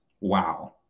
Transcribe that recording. Wow